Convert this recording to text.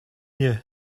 you